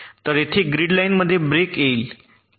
तर येथे ग्रीड लाइनमध्ये ब्रेक येईल